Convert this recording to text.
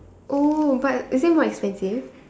oh but is it more expensive